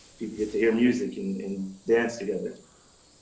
people get to hear music and and dance together.